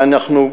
ואנחנו,